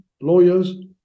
lawyers